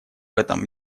этом